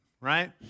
right